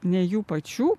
ne jų pačių